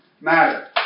matter